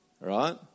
right